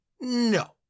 No